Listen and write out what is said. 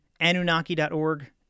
anunnaki.org